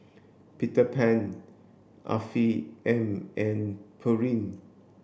Peter Pan Afiq M and Pureen